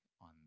on